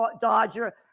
dodger